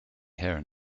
hair